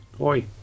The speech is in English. Oi